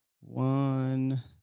One